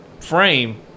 Frame